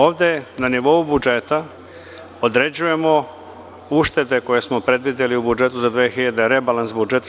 Ovde, na nivou budžeta, određujemo uštede koje smo predvideli u budžetu za 2014. godinu, rebalans budžeta.